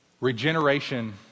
Regeneration